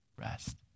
Rest